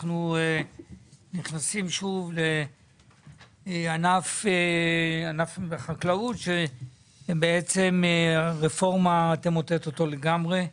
אנחנו נכנסים שוב לענף בחקלאות שהרפורמה תמוטט אותו לגמרי.